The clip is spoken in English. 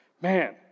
man